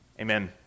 Amen